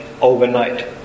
overnight